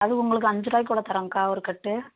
அது உங்களுக்கு அஞ்சுருபாக்கி கூட தரோம்க்கா ஒரு கட்டு